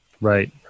Right